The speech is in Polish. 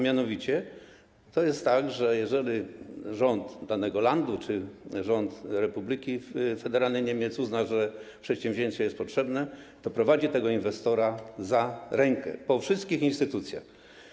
Mianowicie jest tak, że jeżeli rząd danego landu czy rząd Republiki Federalnej Niemiec uzna, że przedsięwzięcie jest potrzebne, to prowadzi tego inwestora za rękę po wszystkich instytucjach.